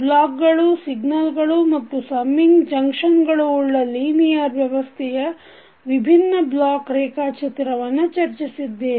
block ಗಳು signal ಗಳು ಮತ್ತು ಸಮ್ಮಿಂಗ್ ಜಂಕ್ಷನ್ ಉಳ್ಳ ಲೀನಿಯರ್ ವ್ಯವಸ್ಥೆಯ ವಿಭಿನ್ನ ಬ್ಲಾಕ್ ರೇಖಾಚಿತ್ರವನ್ನು ಚರ್ಚಿಸಿದ್ದೇವೆ